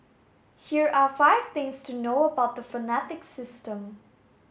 here are five things to know about the phonetic system